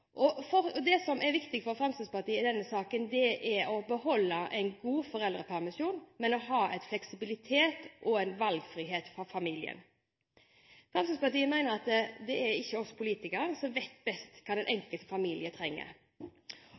Det som er viktig for Fremskrittspartiet i denne saken, er å beholde en god foreldrepermisjon, men å ha en fleksibilitet og en valgfrihet for familien. Fremskrittspartiet mener at det ikke er oss politikere som vet best hva den enkelte familie trenger.